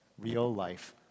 real-life